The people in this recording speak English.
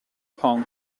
pong